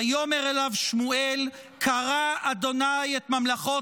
ויאמר אליו שמואל קרע ה' את ממלכות